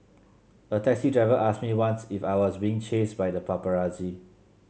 a taxi driver asked me once if I was being chased by the paparazzi